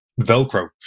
Velcro